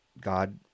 God